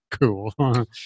cool